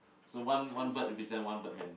so one one bird represent one bird man